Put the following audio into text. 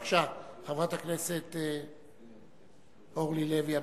בבקשה, חברת הכנסת אורלי לוי אבקסיס.